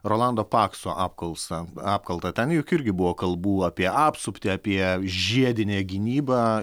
rolando pakso apklausa apkalta ten juk irgi buvo kalbų apie apsuptį apie žiedinę gynybą